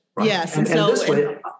Yes